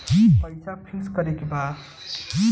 पैसा पिक्स करके बा?